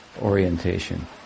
orientation